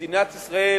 מדינת ישראל